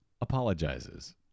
apologizes